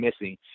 missing